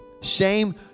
Shame